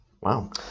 Wow